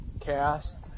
cast